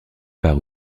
par